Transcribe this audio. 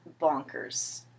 bonkers